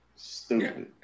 Stupid